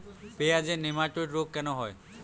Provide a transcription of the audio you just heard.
পেঁয়াজের নেমাটোড রোগ কেন হয়?